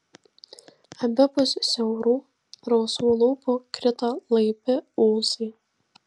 abipus siaurų rausvų lūpų krito laibi ūsai